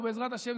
ובעזרת השם,